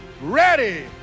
ready